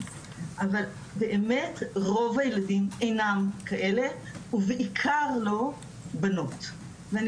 אבל באמת רוב הילדים אינם כאלה ובעיקר לא בנות ואני